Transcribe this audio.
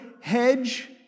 hedge